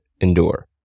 endure